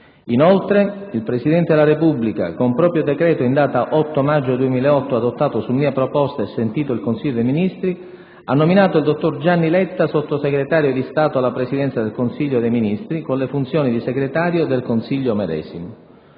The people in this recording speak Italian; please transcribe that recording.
Inoltre, il Presidente della Repubblica, con proprio decreto in data 8 maggio 2008 adottato su mia proposta e sentito il Consiglio dei Ministri, ha nominato il dott. Gianni LETTA Sottosegretario dì Stato alla Presidenza del Consiglio dei Ministri, con le funzioni di Segretario del Consiglio medesimo.